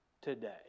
today